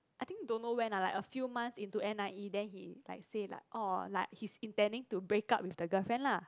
I think don't know when ah like a few months into n_i_e then he like say like orh like he's intending to break up with the girlfriend lah